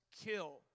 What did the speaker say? Kill